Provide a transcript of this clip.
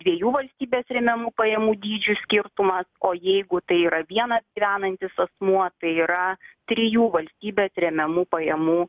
dviejų valstybės remiamų pajamų dydžių skirtumas o jeigu tai yra vienas gyvenantis asmuo tai yra trijų valstybės remiamų pajamų